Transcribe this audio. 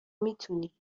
میتونی